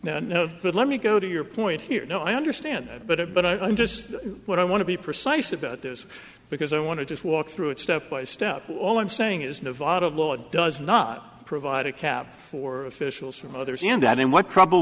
of but let me go to your point here no i understand it better but i just what i want to be precise about this because i want to just walk through it step by step all i'm saying is nevada law does not provide a cab for fish oils from others and that in what trouble